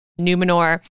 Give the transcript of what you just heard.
Numenor